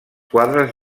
quadres